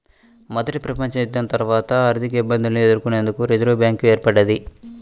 మొదటి ప్రపంచయుద్ధం తర్వాత ఆర్థికఇబ్బందులను ఎదుర్కొనేందుకు రిజర్వ్ బ్యాంక్ ఏర్పడ్డది